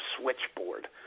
switchboard